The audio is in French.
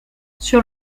sur